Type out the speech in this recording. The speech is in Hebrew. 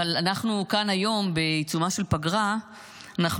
אבל כאן היום בעיצומה של פגרה אנחנו